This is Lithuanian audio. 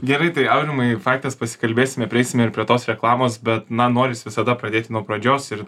gerai tai aurimai faktas pasikalbėsime prieisime ir prie tos reklamos bet man norisi visada pradėti nuo pradžios ir